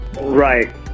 Right